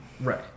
Right